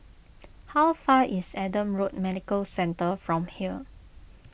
how far is Adam Road Medical Centre from here